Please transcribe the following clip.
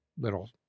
little